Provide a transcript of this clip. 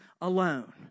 alone